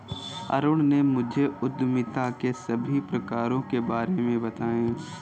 अरुण ने मुझे उद्यमिता के सभी प्रकारों के बारे में बताएं